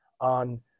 on